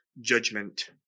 judgment